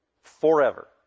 forever